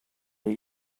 that